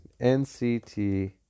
NCT